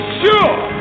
sure